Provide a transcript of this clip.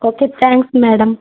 okay thanks madam